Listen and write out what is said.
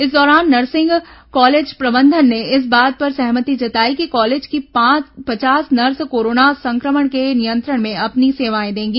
इस दौरान nursing college प्रबंधन ने इस बात पर सहमति जताई कि कॉलेज की पचास नर्स कोरोना संक्रमण के नियंत्रण में अपनी सेवाएं देंगी